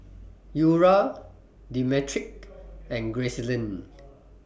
Eura Demetric and Gracelyn